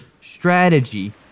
strategy